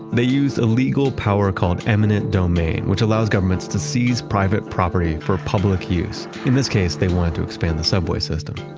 they used a legal power called eminent domain, which allows governments to seize private property for public use. in this case they wanted to expand the subway system.